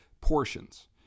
portions